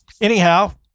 Anyhow